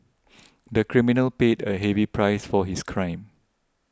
the criminal paid a heavy price for his crime